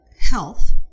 health